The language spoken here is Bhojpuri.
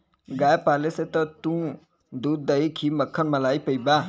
गाय पाले से तू दूध, दही, घी, मक्खन, मलाई पइबा